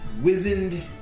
wizened